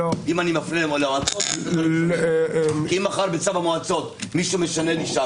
אם מחר בצו המועצות מישהו משנה לי,